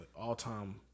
all-time